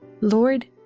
Lord